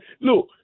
look –